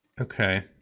Okay